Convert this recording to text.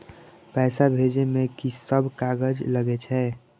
पैसा भेजे में की सब कागज लगे छै?